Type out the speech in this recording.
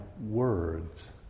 Words